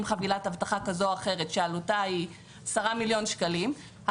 חבילת אבטחה כזו או אחרת שעלותה היא 10 מיליון שקלים,